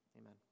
Amen